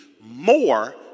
more